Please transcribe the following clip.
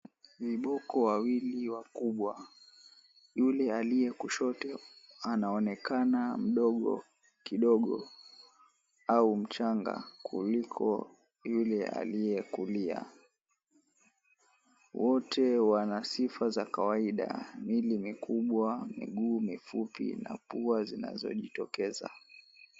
Viboko wawili wakubwa yule aliye kushoto anaonekana mdogo kidogo au mchanga kuliko yule aliyekulia, wote wanasifa za kawaida mwili mikubwa, miguu mifupi na pua zinazojitokeza.